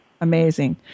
Amazing